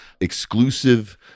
exclusive